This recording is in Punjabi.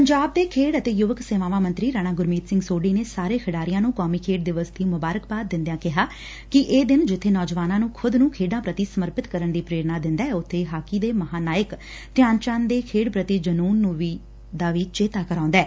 ਪੰਜਾਬ ਦੇ ਖੇਡ ਅਤੇ ਯੁਵਕ ਸੇਵਾਵਾਂ ਮੰਤਰੀ ਰਾਣਾ ਗੁਰਮੀਤ ਸਿੰਘ ਸੋਢੀ ਨੇ ਸਾਰੇ ਖਿਡਾਰੀਆਂ ਨੂੰ ਕੌਮੀ ਖੇਡ ਦਿਵਸ ਦੀ ਮੁਬਾਰਕਬਾਦ ਦਿਦਿਆਂ ਕਿਹਾ ਕਿ ਇਹ ਦਿਨ ਜਿੱਥੇ ਨੌਜਵਾਨਾਂ ਨੂੰ ਖੁਦ ਨੂੰ ਖੇਡਾਂ ਪ੍ਰਤੀ ਸਮਰਪਿਤ ਕਰਨ ਦੀ ਪ੍ਰੇਰਨਾ ਦਿੰਦੈ ਉਬੇ ਹਾਕੀ ਦੇ ਮਹਾਂਨਾਇਕ ਧਿਆਨ ਚੰਦ ਦੇ ੱਖੇਡ ਪ੍ਰੱਤੀ ਜਨੁੰਨ ਨੂੰ ਵੀ ਚੇਤਾ ਕਰਵਾਉਂਦਾ ਐ